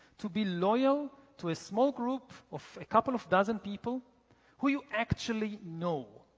to be loyal to a small group of a couple of dozen people who you actually know.